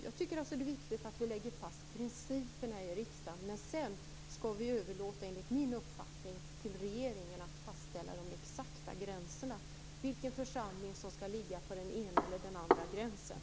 Jag tycker alltså att det är viktigt att vi lägger fast principerna i riksdagen, men sedan skall vi enligt min uppfattning överlåta till regeringen att fastställa de exakta gränserna, dvs. vilken församling som skall ligga på den ena eller den andra sidan gränsen.